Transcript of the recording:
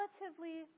relatively